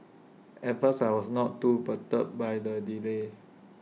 at first I was not too perturbed by the delay